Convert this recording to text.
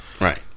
Right